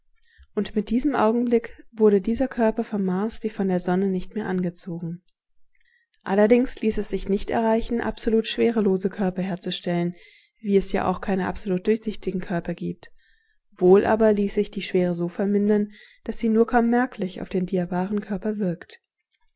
und mit diesem augenblick wurde dieser körper vom mars wie von der sonne nicht mehr angezogen allerdings ließ es sich nicht erreichen absolut schwerelose körper herzustellen wie es ja auch keine absolut durchsichtigen körper gibt wohl aber ließ sich die schwere so vermindern daß sie nur kaum merklich auf den diabaren körper wirkt